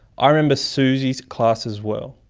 ah remember suzy's classes well.